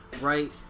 Right